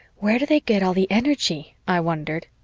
where do they get all the energy? i wondered.